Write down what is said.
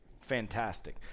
fantastic